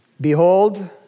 Behold